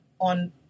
on